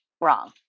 wrong